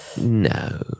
No